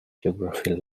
geography